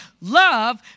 Love